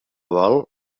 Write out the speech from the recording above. vol